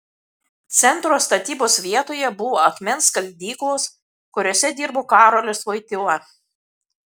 centro statybos vietoje buvo akmens skaldyklos kuriose dirbo karolis vojtyla